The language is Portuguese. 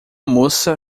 moça